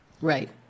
Right